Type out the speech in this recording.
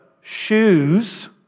shoes